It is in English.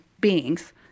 beings